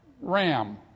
RAM